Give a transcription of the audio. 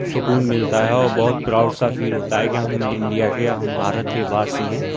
سکون ملتا ہے اور بہت پراؤڈ سا فیل ہوتا ہے کہ ہم انڈیا کے ہم بھارت کے واسی ہیں